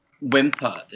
whimper